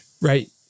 right